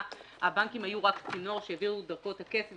הבנקים היו רק צינור שהעבירו דרכו את הכסף.